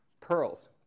pearls